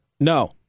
No